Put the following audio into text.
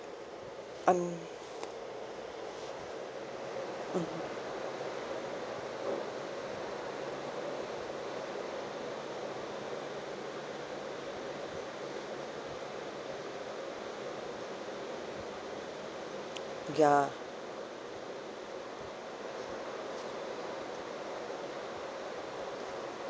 um mmhmm ya